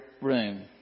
room